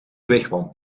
wigwam